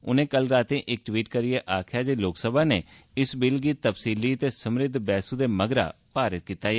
उनें कल रातीं इक ट्वीट करियै आक्खेआ जे लोकसभा नै इस बिल गी तफसीली ते समृद्ध बैह्सू मगरा पारित कीता ऐ